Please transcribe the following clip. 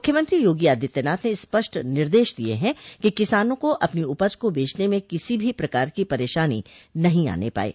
मुख्यमंत्री योगी आदित्यनाथ ने स्पष्ट निर्देश दिये है कि किसानों को अपनी उपज को बेचने में किसी भी प्रकार की परेशानी नहीं आने पाये